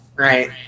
Right